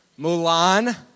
Mulan